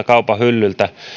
kaupan hyllyltä